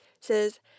says